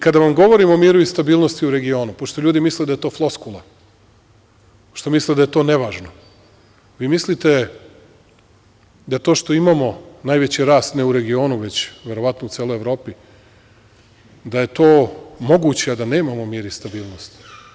Kada vam govorim o miru i stabilnosti u regionu, pošto ljudi misle da je to floskula, pošto misle da je to nevažno, vi mislite da to što imamo najveći rast ne u regionu, već verovatno u celoj Evropi, da je to moguće a da nemamo mir i stabilnost?